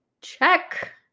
check